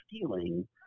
feeling